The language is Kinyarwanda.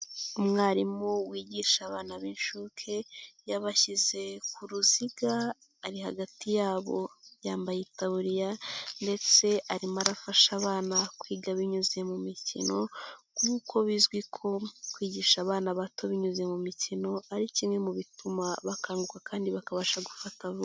Umwarimu wigisha abana b'inshuke, yabashyize ku ruziga ari hagati yabo. Yambaye itaburiya ndetse arimo arafasha abana kwiga binyuze mu mikino, nkuko bizwi ko kwigisha abana bato binyuze mu mikino ari kimwe mu bituma bakanguka kandi bakabasha gufata vuba.